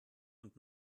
und